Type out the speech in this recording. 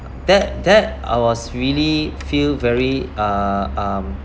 that that I was really feel very uh um